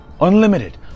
Unlimited